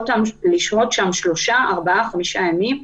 לשהות שם כמה ימים,